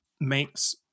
makes